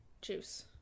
juice